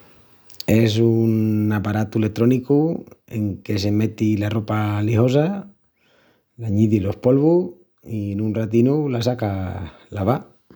Es un aparatu letrónicu en que se meti la ropa lixosa, l'añidis los polvus i nun ratinu la sacas lavá.